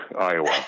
Iowa